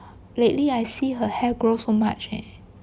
lately I see her hair grows so much eh